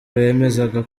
bemezaga